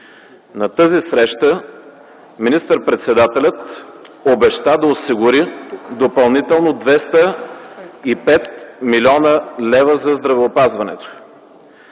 На тази среща министър-председателят обеща да осигури допълнително 205 млн. лв. за здравеопазването.